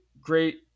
great